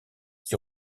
qui